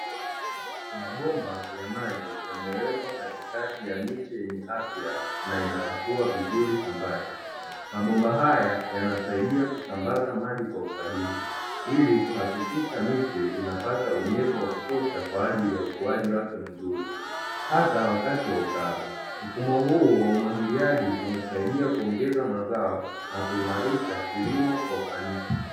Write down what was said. Mabomba ya maji yamewekwa katikati ya miche yenye afya na inayokua vizuri shambani, mabomba haya yanasaidia kusambaza maji kwa usahihi ili kuhakikisha miche inapata unyevu wa kutosha kwa ajili ya ukuaji wake vizuri hata wakati wa ukame. Mfumo huu wa unwagiliaji unasaidia kuongeza mazao na kuimarisha kilimo kwa ufanisi.